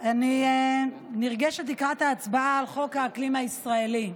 אני נרגשת לקראת ההצבעה על חוק האקלים הישראלי.